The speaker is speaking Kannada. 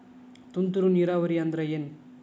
ತುಂತುರು ನೇರಾವರಿ ಅಂದ್ರ ಏನ್?